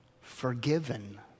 forgiven